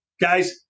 Guys